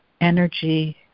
energy